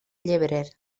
llebrer